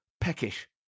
peckish